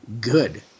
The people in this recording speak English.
good